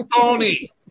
Tony